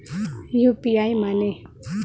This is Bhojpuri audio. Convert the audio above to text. यू.पी.आई माने?